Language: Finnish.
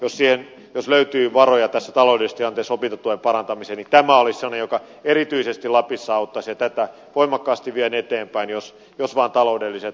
jos löytyy varoja tässä taloudellisessa tilanteessa opintotuen parantamiseen niin tämä olisi semmoinen joka erityisesti lapissa auttaisi ja tätä voimakkaasti vien eteenpäin jos vain taloudelliset raamit siihen antavat mahdollisuuksia